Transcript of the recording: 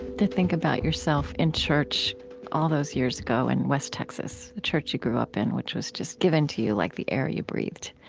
think about yourself in church all those years ago in west texas, the church you grew up in, which was just given to you like the air you breathed,